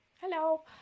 hello